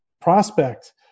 prospect